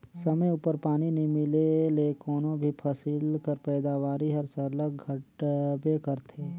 समे उपर पानी नी मिले ले कोनो भी फसिल कर पएदावारी हर सरलग घटबे करथे